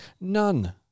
none